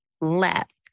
left